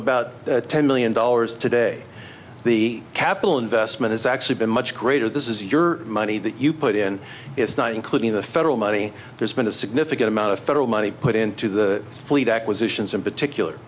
about ten million dollars today the capital investment has actually been much greater this is your money that you put in it's not including the federal money there's been a significant amount of federal money put into the fleet acquisitions in particular